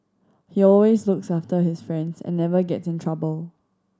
he always looks after his friends and never gets in trouble